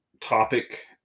topic